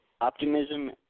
optimism